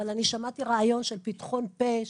אבל אני שמעתי רעיון של פתחון פה,